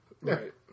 Right